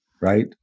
right